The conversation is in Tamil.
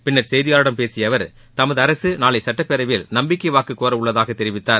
பின்னர் செய்தியாளர்களிடம் பேசிய அவர் தமது அரசு நாளை சட்டப் பேரவையில் நம்பிக்கை வாக்குக் கோர உள்ளதாக தெரிவித்தார்